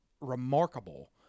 remarkable